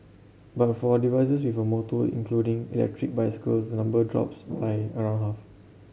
but for devices with a motor including electric bicycles the number drops by around half